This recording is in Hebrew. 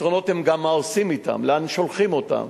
הפתרונות הם גם מה עושים אתם, לאן שולחים אותם.